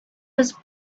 was